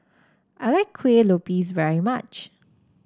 I like Kuih Lopes very much